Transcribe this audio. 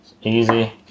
easy